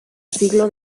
siglo